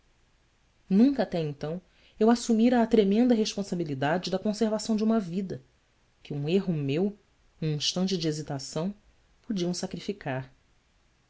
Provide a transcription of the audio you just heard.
nunca até então eu assumira a tremenda responsabilidade da conservação de uma vida que um erro meu um instante de hesitação podiam sacrificar